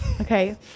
okay